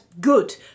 good